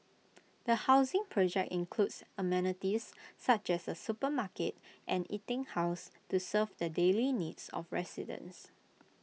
the housing project includes amenities such as A supermarket and eating house to serve the daily needs of residents